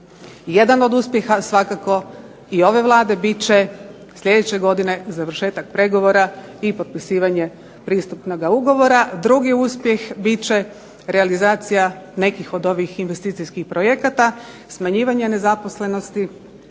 Jedan od uspjeha svakako i ove Vlade bit će sljedeće godine završetak pregovora i potpisivanje pristupnoga ugovora. Drugi uspjeh bit će realizacija nekih od ovih investicijskih projekata, smanjivanja nezaposlenosti